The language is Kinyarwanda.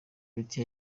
vita